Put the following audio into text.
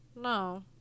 no